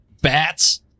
Bats